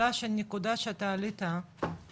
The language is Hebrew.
השאלה על נקודה שאתה העלית,